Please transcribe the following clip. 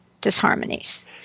disharmonies